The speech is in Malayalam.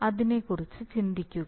അതിനെക്കുറിച്ച് ചിന്തിക്കുക